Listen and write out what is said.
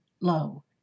low